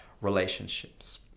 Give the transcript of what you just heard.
relationships